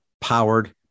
powered